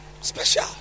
Special